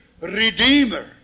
Redeemer